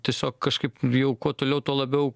tiesiog kažkaipjau kuo toliau tuo labiau